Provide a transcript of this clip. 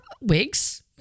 wigs